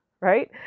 Right